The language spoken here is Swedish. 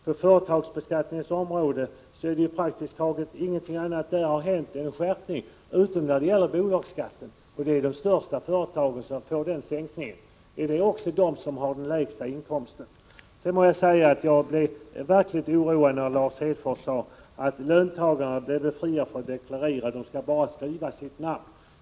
På företagsbeskattningens område har praktiskt taget inget annat hänt än en skärpning, utom när det gäller bolagsskatten. Det är de största företagen som får den sänkningen. Är det de som har den lägsta inkomsten? Sedan må jag säga att jag blev verkligt oroad när Lars Hedfors sade att löntagarna blir befriade från att deklarera. De skall bara skriva sitt namn.